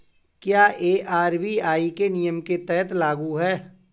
क्या यह आर.बी.आई के नियम के तहत लागू है?